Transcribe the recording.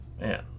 Man